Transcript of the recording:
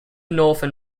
northern